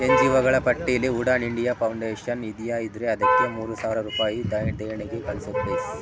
N ಜಿ ಒಗಳ ಪಟ್ಟಿಲಿ ಉಡಾನ್ ಇಂಡಿಯಾ ಫೌಂಡೇಷನ್ ಇದೆಯಾ ಇದ್ದರೆ ಅದಕ್ಕೆ ಮೂರು ಸಾವಿರ ರೂಪಾಯಿ ದಾನ ದೇಣಿಗೆ ಕಳಿಸು ಪ್ಲೀಸ್